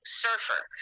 surfer